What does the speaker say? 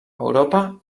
europa